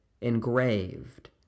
engraved